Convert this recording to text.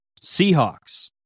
Seahawks